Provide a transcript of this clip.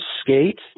skate